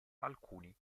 alcuni